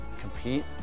compete